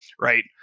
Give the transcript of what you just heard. right